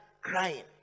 crying